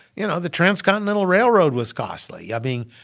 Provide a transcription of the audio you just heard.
you know, the transcontinental railroad was costly. i mean,